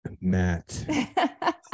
Matt